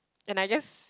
and I just